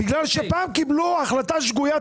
בגלל שפעם קיבלו החלטה שגויה,